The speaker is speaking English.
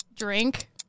Drink